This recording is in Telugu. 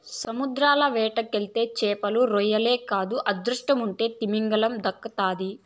సముద్రంల వేటకెళ్తే చేపలు, రొయ్యలే కాదు అదృష్టముంటే తిమింగలం దక్కతాది